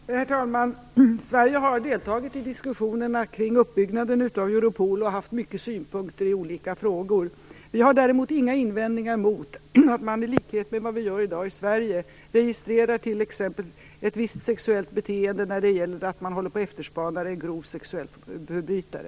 Herr talman! Sverige har deltagit i diskussionerna kring uppbyggnaden av Europol och haft många synpunkter i olika frågor. Vi har däremot inga invändningar mot att man i likhet med vad vi gör i dag i Sverige registrerar t.ex. ett visst sexuellt beteende när det gäller efterspaning av en grov sexualförbrytare.